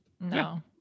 no